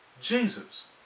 Jesus